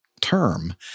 term